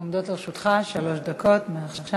עומדות לרשותך שלוש דקות מעכשיו.